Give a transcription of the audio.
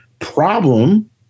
problem